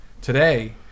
Today